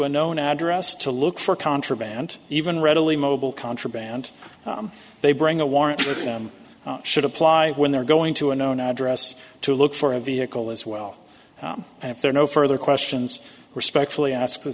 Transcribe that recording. a known address to look for contraband even readily mobile contraband they bring a warrant should apply when they're going to a known address to look for a vehicle as well and if there are no further questions respectfully as